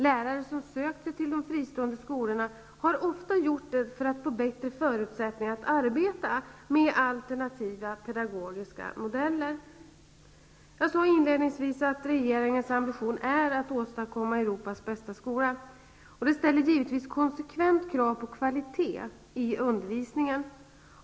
Lärare som sökt sig till de fristående skolorna har ofta gjort det för att få bättre förutsättningar att arbeta med alternativa pedagogiska modeller. Jag sade inledningsvis att regeringens ambition är att åstadkomma Europas bästa skola. Det ställer givetvis konsekvent krav på kvalitet i undervisningen.